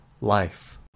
life